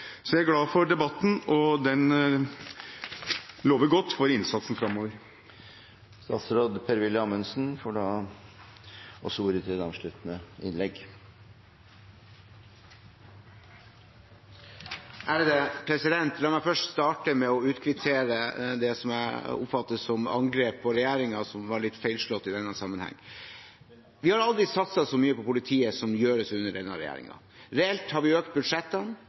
Så jeg er glad for debatten. Den lover godt for innsatsen framover. La meg først starte med å kvittere ut det som jeg oppfatter som angrep på regjeringen, som var litt feilslått i denne sammenhengen. Det er aldri satset så mye på politiet som det som gjøres under denne regjeringen. Reelt har vi økt budsjettene